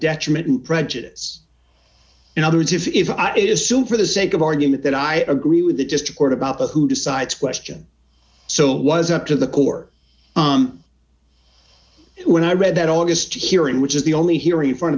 detriment and prejudice in other words if i did assume for the sake of argument that i agree with the just court about the who decides question so was up to the core when i read that august hearing which is the only hearing in front